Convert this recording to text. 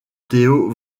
theo